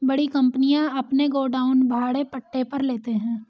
बड़ी कंपनियां अपने गोडाउन भाड़े पट्टे पर लेते हैं